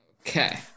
Okay